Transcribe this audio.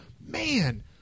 Man